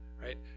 right